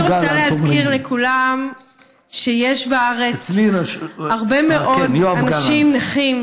אני רוצה להזכיר לכולם שיש בארץ הרבה מאוד אנשים נכים